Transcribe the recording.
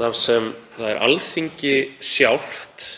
þar sem það er Alþingi sjálft